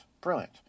brilliant